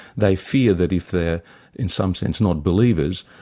they fear that if they're in some sense not believers,